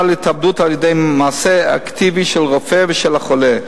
להתאבדות על-ידי מעשה אקטיבי של הרופא ושל החולה.